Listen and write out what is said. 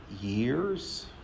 years